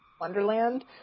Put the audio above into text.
Wonderland